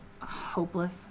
hopeless